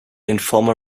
informal